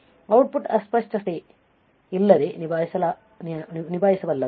output ಅಸ್ಪಷ್ಟತೆ ಇಲ್ಲದೆ ನಿಭಾಯಿಸಬಲ್ಲದು